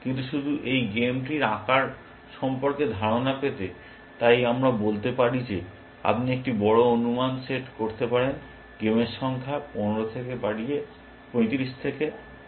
কিন্তু শুধু এই গেম ট্রির আকার সম্পর্কে ধারণা পেতে তাই আমরা বলতে পারি যে আপনি একটি বড় অনুমান সেট করতে পারেন গেমের সংখ্যা 35 থেকে 50 পর্যন্ত বাড়িয়ে দিতে পারেন